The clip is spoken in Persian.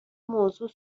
موضوع